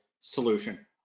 solution